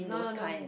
no no no no